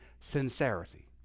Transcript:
sincerity